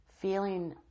feeling